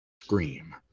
scream